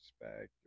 respect